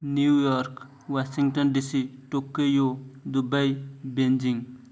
New York Washington DC Tokyo Dubai Beijing